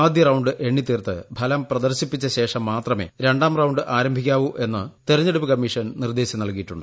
ആദ്യറൌണ്ട് എണ്ണിത്തീർത്ത് ഫലം പ്രദർശിപ്പിച്ചശേഷം മാത്രമേ രണ്ടാം റൌണ്ട് ആരംഭിക്കാവു എന്ന് തെരഞ്ഞെടുപ്പ് കമ്മീഷൻ നിർദ്ദേശം നൽകിയിട്ടുണ്ട്